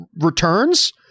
returns